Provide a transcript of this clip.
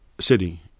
City